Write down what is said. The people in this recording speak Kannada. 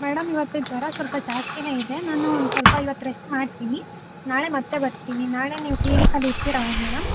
ಮೇಡಮ್ ಇವತ್ತು ಜ್ವರ ಸ್ವಲ್ಪ ಜಾಸ್ತಿಯೇ ಇದೆ ನಾನು ಒಂದು ಸ್ವಲ್ಪ ಇವತ್ತು ರೆಸ್ಟ್ ಮಾಡ್ತೀನಿ ನಾಳೆ ಮತ್ತೆ ಬರ್ತೀನಿ ನಾಳೆ ನೀವು ಕ್ಲಿನಿಕಲ್ಲಿ ಇರ್ತೀರಾ ಮೇಡಮ್